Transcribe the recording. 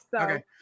Okay